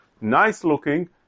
nice-looking